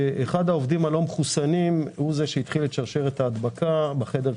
שאחד העובדים הלא מחוסנים הוא שהתחיל את שרשרת ההדבקה בחדר כושר.